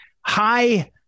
high